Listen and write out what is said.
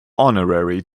honorary